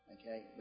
Okay